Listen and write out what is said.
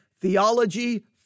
theology